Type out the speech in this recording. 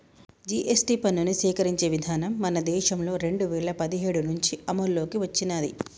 GST పన్నుని సేకరించే విధానం మన దేశంలో రెండు వేల పదిహేడు నుంచి అమల్లోకి వచ్చినాది